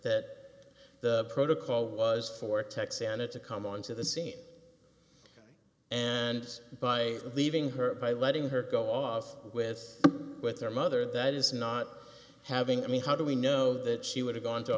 the protocol was for tech santa to come onto the scene and by leaving her by letting her go off with with her mother that is not having i mean how do we know that she would have gone to a